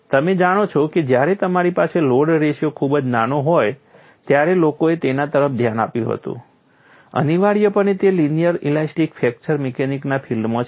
તમે જાણો છો કે જ્યારે તમારી પાસે લોડ રેશિયો ખૂબ જ નાનો હોય ત્યારે લોકોએ તેના તરફ ધ્યાન આપ્યું હતું અનિવાર્યપણે તે લિનિયર ઇલાસ્ટિક ફ્રેક્ચર મિકેનિક્સના ફિલ્ડમાં છે